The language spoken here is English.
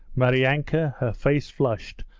maryanka, her face flushed,